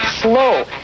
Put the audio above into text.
Slow